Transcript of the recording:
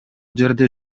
жерде